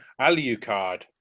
Alucard